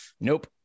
nope